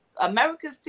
America's